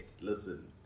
listen